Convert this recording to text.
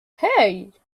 hey